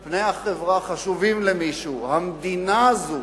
אם פני החברה חשובים למישהו, או המדינה הזאת